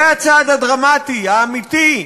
זה הצעד הדרמטי, האמיתי,